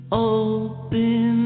open